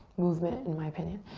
movement, in my opinion.